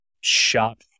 shot